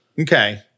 Okay